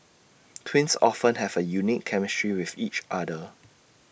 twins often have A unique chemistry with each other